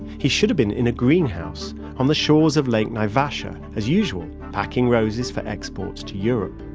he should've been in a greenhouse on the shores of lake naivasha, as usual, packing roses for exports to europe.